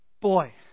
boy